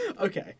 Okay